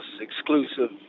exclusive